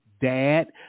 dad